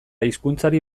hizkuntzari